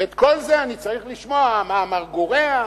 וכל זה אני צריך לשמוע מה אמר גורייה